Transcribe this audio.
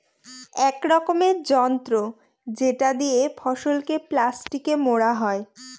এক রকমের যন্ত্র যেটা দিয়ে ফসলকে প্লাস্টিকে মোড়া হয়